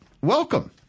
welcome